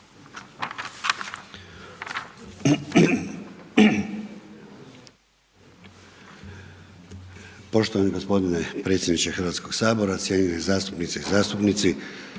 Poštovani gospodine predsjedniče Hrvatskog sabora, cijenjene zastupnice i zastupnici.